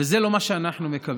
וזה לא מה שאנחנו מקבלים.